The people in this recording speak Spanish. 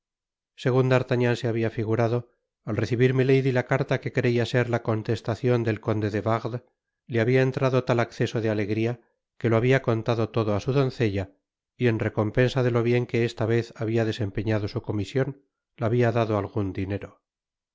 seguh d'artagnan se habia figurado al recibir milady la carta que creia ser la contestacion del conde de wardes le habia entrado tal acceso de alegria que lo habia confiado todo á su doncella y en recompensa de lo bien que esta vez babia desempeñado su comision la habia dado algun dinero